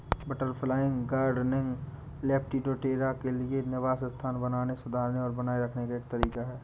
butterfly gardening, lepidoptera के लिए निवास स्थान बनाने, सुधारने और बनाए रखने का एक तरीका है